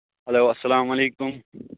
hello اَسلام علیکُم